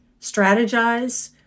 strategize